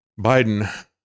Biden